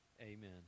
Amen